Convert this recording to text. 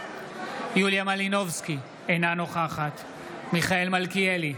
יוליה מלינובסקי, אינה נוכחת מיכאל מלכיאלי,